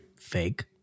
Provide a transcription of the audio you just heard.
Fake